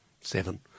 Seven